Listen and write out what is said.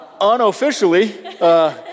unofficially